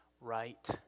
right